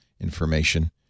information